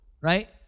right